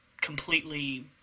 completely